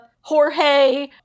Jorge